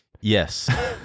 Yes